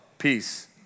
peace